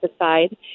aside